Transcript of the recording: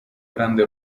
grande